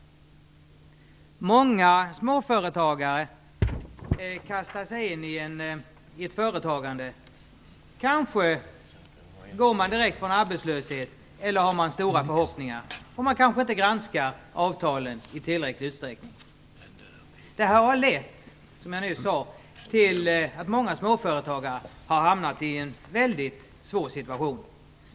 Många småföretagare kastar sig in i ett företagande. Kanske går man direkt från arbetslöshet, eller så har man stora förhoppningar. Man granskar kanske inte avtalen i tillräcklig utsträckning. Det har lett, som jag nyss sade, till att många småföretagare har hamnat i en väldigt svår situation.